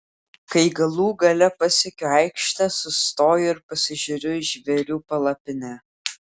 kai galų gale pasiekiu aikštę sustoju ir pasižiūriu į žvėrių palapinę